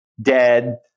dead